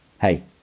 Hey